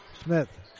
Smith